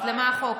אז למה החוק?